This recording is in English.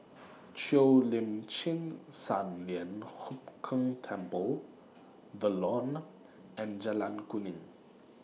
Cheo Lim Chin Sun Lian Hup Keng Temple The Lawn and Jalan Kuning